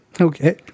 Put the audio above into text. Okay